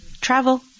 travel